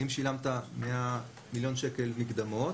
אם שילמת 100 מיליון שקל מקדמות,